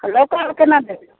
local केना देबै